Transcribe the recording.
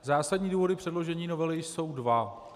Zásadní důvody předložení novely jsou dva.